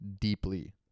deeply